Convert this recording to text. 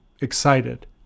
excited